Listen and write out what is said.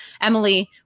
Emily